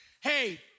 hey